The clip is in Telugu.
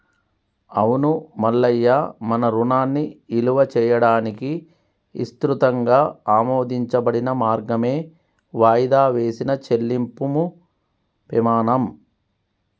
అవును మల్లయ్య మన రుణాన్ని ఇలువ చేయడానికి ఇసృతంగా ఆమోదించబడిన మార్గమే వాయిదా వేసిన చెల్లింపుము పెమాణం